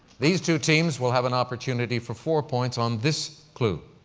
these two teams will have an opportunity for four points on this clue.